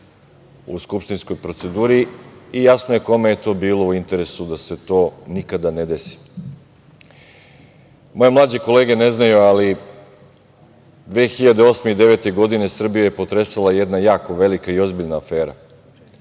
u skupštinskoj proceduri i jasno je kome je to bilo u interesu da se to nikada ne desi. Moje mlađe kolege ne znaju, ali 2008. i 2009. godine Srbiju je potresala jedna jako velika i ozbiljna afera,